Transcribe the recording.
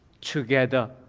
together